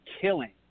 killing